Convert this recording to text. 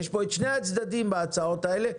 יש פה את שני הצדדים בהצעות האלה.